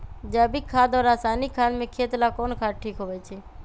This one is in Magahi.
जैविक खाद और रासायनिक खाद में खेत ला कौन खाद ठीक होवैछे?